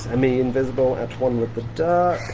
semi-invisible, at one with the dark, er,